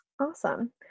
Awesome